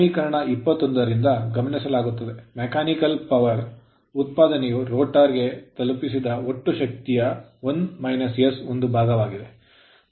ಸಮೀಕರಣ 21 ರಿಂದ ಗಮನಿಸಲಾಗುತ್ತದೆ mechanical power ಯಾಂತ್ರಿಕ ಶಕ್ತಿಯ ಉತ್ಪಾದನೆಯು rotor ರೋಟರ್ ಗೆ ತಲುಪಿಸಿದ ಒಟ್ಟು ಶಕ್ತಿಯ ಒಂದು ಭಾಗವಾಗಿದೆ ನಾವು Pm 1 - s PG ಯನ್ನು ನೋಡಿದ್ದೇವೆ